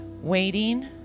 waiting